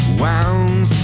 wound